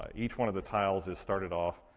ah each one of the tiles is started off.